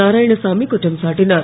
நாராயணசாமி குற்றம் சாட்டினார்